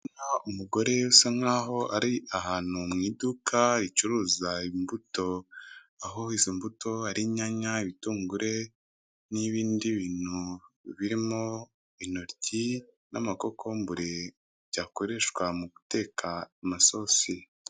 Umugore asa nkaho ari ahantu mu iduka ricuruza imbuto aho izo mbuto hari inyanya ibitunguru n'ibindi bintu birimo intoki n'amakokombure byakoreshwa mu guteka amasosi.